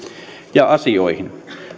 ja asioihin